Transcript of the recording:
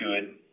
good